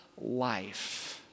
life